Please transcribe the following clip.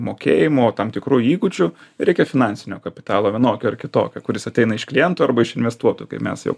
mokėjimo tam tikrų įgūdžių reikia finansinio kapitalo vienokio ar kitokio kuris ateina iš klientų arba iš investuotojų kai mes jau